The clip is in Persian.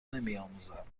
نمیآموزند